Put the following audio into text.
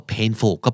Painful